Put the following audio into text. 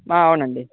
అవునండి